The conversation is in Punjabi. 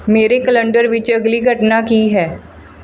ਮੇਰੇ ਕੈਲੰਡਰ ਵਿੱਚ ਅਗਲੀ ਘਟਨਾ ਕੀ ਹੈ